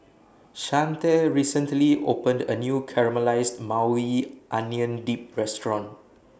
Shante recently opened A New Caramelized Maui Onion Dip Restaurant